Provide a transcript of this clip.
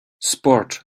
sports